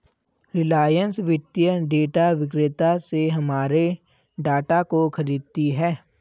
रिलायंस वित्तीय डेटा विक्रेता से हमारे डाटा को खरीदती है